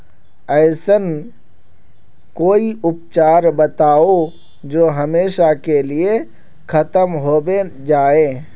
ऐसन कोई उपचार बताऊं जो हमेशा के लिए खत्म होबे जाए?